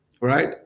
right